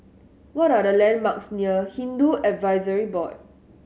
what are the landmarks near Hindu Advisory Board